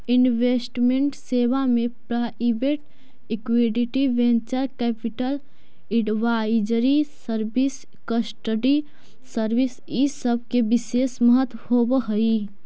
investment सेवा में private equity, venture capital, advisory service, custody service इ सब के विशेष महत्व होवऽ हई